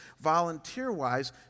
volunteer-wise